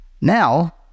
Now